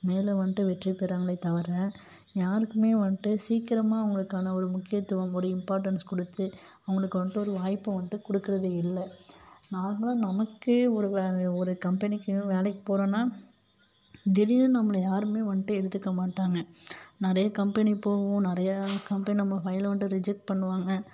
மேலே வந்துட்டு வெற்றி பெறுறாங்களே தவிர யாருக்குமே வந்துட்டு சீக்கிரமாக அவங்களுக்கான ஒரு முக்கியத்துவம் ஒரு இம்பார்டென்ஸ் கொடுத்து அவங்களுக்கு மட்டும் ஒரு வாய்ப்பு வந்துட்டு கொடுக்குறது இல்லை நார்மலாக நமக்கே ஒரு ஒரு கம்பெனிக்கு வேலைக்கு போகிறோன்னா திடீருன்னு நம்மளை யாருமே வந்துட்டு எடுத்துக்க மாட்டாங்க நிறைய கம்பெனி போவோம் நிறையா கம்பெனி நம்ம ஃபைலை வந்துட்டு ரிஜெக்ட் பண்ணுவாங்க